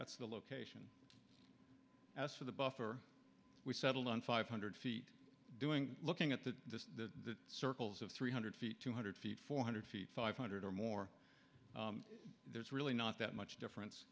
that's the location as for the buffer we settled on five hundred feet doing looking at the circles of three hundred feet two hundred feet four hundred feet five hundred or more there's really not that much difference